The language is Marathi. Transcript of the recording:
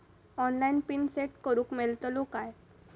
ऑनलाइन पिन सेट करूक मेलतलो काय?